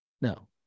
no